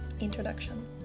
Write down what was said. Introduction